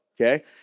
okay